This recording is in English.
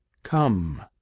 come!